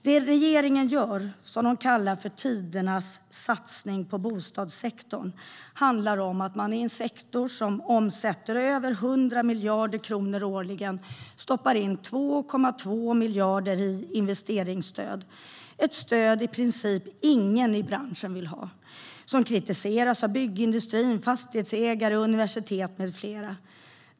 Det regeringen gör - som de kallar tidernas satsning på bostadssektorn - handlar om att man i en sektor som omsätter över 100 miljarder kronor årligen stoppar in 2,2 miljarder i investeringsstöd, ett stöd som i princip ingen i branschen vill ha. Det kritiseras av byggindustrin, fastighetsägare, universitet med flera.